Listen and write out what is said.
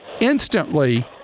instantly